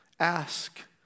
Ask